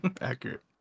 Accurate